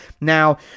Now